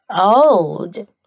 old